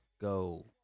go